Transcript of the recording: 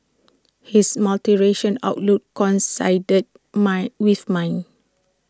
his multiracial outlook coincided mine with mine